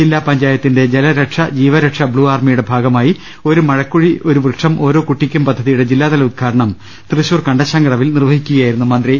ജില്ലാ പഞ്ചായ ത്തിന്റെ ജലരക്ഷ ജീവരക്ഷ ബ്ലൂ ആർമിയുടെ ഭാഗമായി ഒരു മഴക്കുഴി ഒരു വൃക്ഷം ഓരോ കുട്ടിക്കും പദ്ധതിയുടെ ജില്ലാതല ഉദ്ഘാടനം തൃശൂർ കണ്ടശ്ശാം കടവിൽ നിർവ്വഹിക്കുകയായിരുന്നു മന്ത്രി